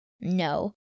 No